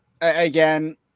again